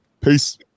Peace